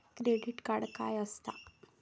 Credit card काय असता?